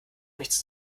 nichts